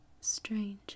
strange